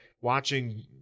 Watching